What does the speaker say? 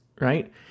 right